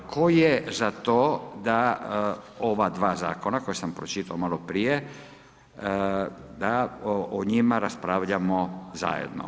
Tko je za to da ova dva Zakona koja sam pročitao maloprije, da o njima raspravljamo zajedno?